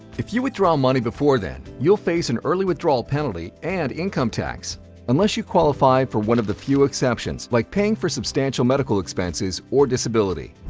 if you withdraw money before then, you'll face an early withdrawal penalty and income tax unless you qualify for one of the few exceptions, like paying for substantial medical expenses or disability.